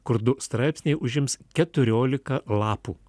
kur du straipsniai užims keturioliką lapų